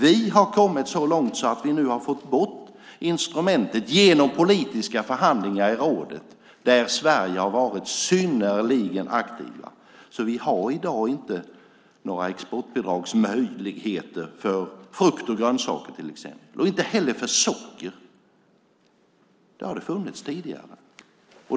Vi har kommit så långt att vi nu har fått bort instrumentet genom politiska förhandlingar i rådet där vi i Sverige har varit synnerligen aktiva. I dag har vi inte möjligheter till några exportbidrag för till exempel frukt och grönsaker, och inte heller för socker. Det har funnits tidigare.